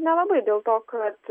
nelabai dėl to kad